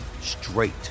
straight